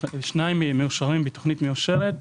שניים מהם מאושרים בתוכנית מאושרת,